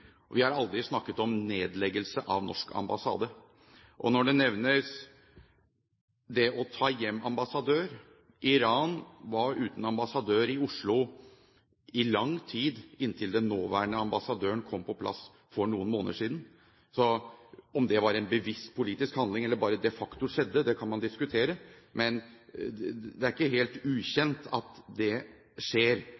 Vi har aldri snakket om nedleggelse av den norske ambassaden. Når det nevnes det å ta hjem ambassadøren: Iran var uten ambassadør i Oslo i lang tid inntil den nåværende ambassadøren kom på plass for noen måneder siden. Om det var en bevisst politisk handling eller bare de facto skjedde, kan man diskutere, men det er ikke helt